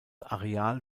areal